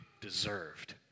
deserved